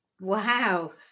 Wow